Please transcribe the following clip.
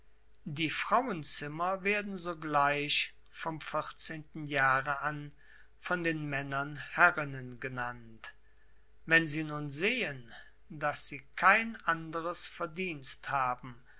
die frauenzimmer werden sogleich vom vierzehnten jahre an von den männern herrinnen genannt wenn sie nun sehen daß sie kein anderes verdienst haben